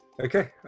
Okay